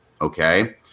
Okay